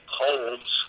holds